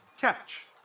Catch